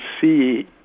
see